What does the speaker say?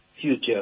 future